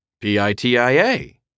PITIA –